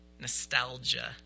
nostalgia